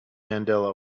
mandela